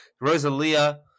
Rosalia